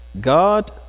God